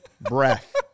breath